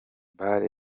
bar